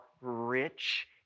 rich